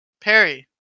Perry